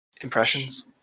impressions